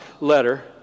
letter